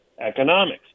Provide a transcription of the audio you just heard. economics